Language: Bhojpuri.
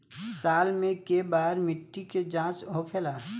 साल मे केए बार मिट्टी के जाँच होखेला?